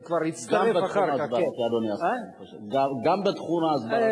גם בתחום ההסברתי,